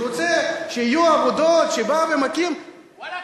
שרוצה שיהיו עבודות, שבא ומקים, וואלכ,